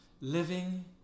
living